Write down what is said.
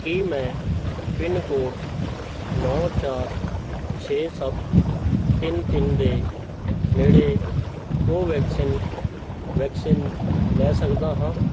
ਕੀ ਮੈਂ ਪਿੰਨਕੋਡ ਨੌ ਚਾਰ ਛੇ ਸੱਤ ਤਿੰਨ ਤਿੰਨ ਦੇ ਨੇੜੇ ਕੋਵੈਕਸਿਨ ਵੈਕਸੀਨ ਲੈ ਸਕਦਾ ਹਾਂ